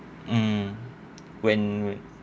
mm when we